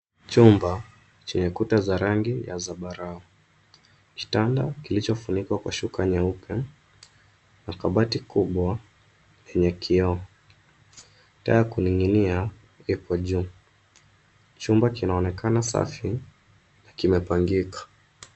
Chumba chenye kuta za rangi ya zambarau. Kitanda kilichofunikwa kwa shuka nyeupe na kabati kubwa lenye kioo. Taa ya kuning'inia ipo juu. Chumba kinaonekana safi kimepangika.